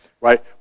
right